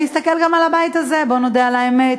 ונסתכל גם על הבית הזה, בואו נודה על האמת,